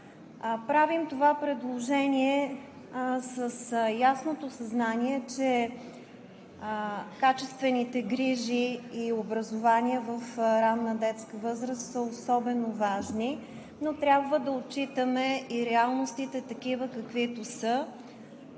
Правим това предложение с ясното съзнание, че качествените грижи и образование в ранна детска възраст са особено важни, но трябва да отчитаме и реалностите такива, каквито са: